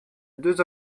deux